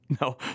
No